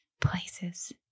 places